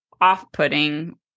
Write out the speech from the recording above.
off-putting